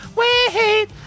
wait